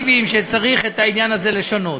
שצריך את העניין הזה לשנות.